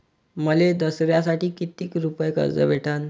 मले दसऱ्यासाठी कितीक रुपये कर्ज भेटन?